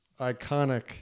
iconic